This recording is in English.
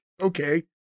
okay